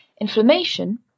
Inflammation